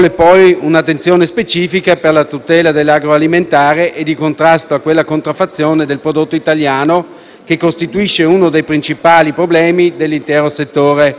Ci vuole un'agenda dedicata all'agricoltura di montagna che, come detto prima, gioca anche un ruolo dal punto di vista della coesione sociale e della tutela ambientale.